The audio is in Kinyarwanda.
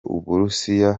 uburusiya